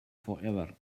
forever